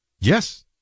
Yes